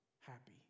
happy